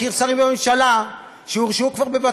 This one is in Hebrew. לעומת זאת אני מכיר שרים בממשלה שכבר הורשעו בבתי-משפט,